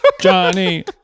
Johnny